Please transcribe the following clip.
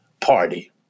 Party